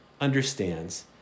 understands